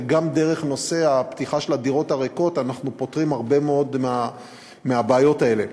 וגם דרך הפתיחה של הדירות הריקות אנחנו פותרים הרבה מאוד מהבעיות האלה.